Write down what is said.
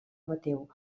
mateu